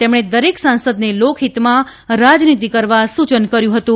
તેમણે દરેક સાંસદને લોકહીતમાં રાજનીતિ કરવા સૂચન કર્યું હતું